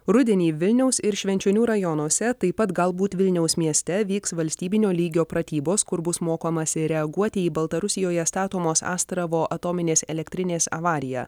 rudenį vilniaus ir švenčionių rajonuose taip pat galbūt vilniaus mieste vyks valstybinio lygio pratybos kur bus mokomasi reaguoti į baltarusijoje statomos astravo atominės elektrinės avariją